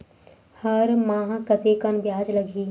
हर माह कतेकन ब्याज लगही?